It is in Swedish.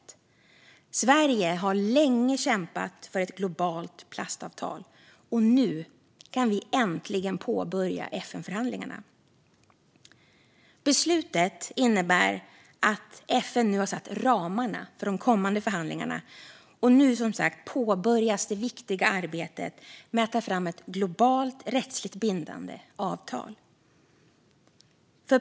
Vi i Sverige har länge kämpat för ett globalt plastavtal, och nu kan vi äntligen påbörja FN-förhandlingarna. Beslutet innebär att FN nu har satt ramarna för de kommande förhandlingarna. Nu påbörjas det viktiga arbetet med att ta fram ett globalt rättsligt bindande avtal.